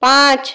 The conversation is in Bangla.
পাঁচ